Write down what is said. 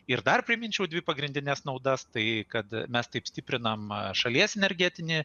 ir dar priminčiau dvi pagrindines naudas tai kad mes taip stiprinam šalies energetinį